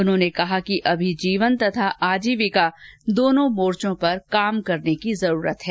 उन्होंने कहा कि अभी जीवन तथा आजीविका दोनों मोर्चो पर काम करने की जरूरत है